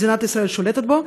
מדינת ישראל שולטת בו,